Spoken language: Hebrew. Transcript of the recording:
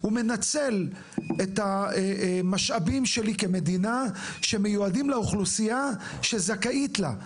הוא מנצל את המשאבים שלי כמדינה שמיודעים לאוכלוסייה שזכאית לה.